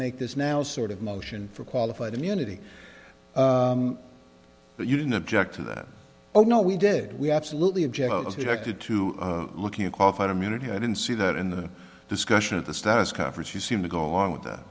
make this now sort of motion for qualified immunity but you didn't object to that oh no we did we absolutely object as we look to to looking at qualified immunity i didn't see that in the discussion of the status conference you seem to go along with that